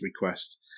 request